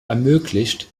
ermöglicht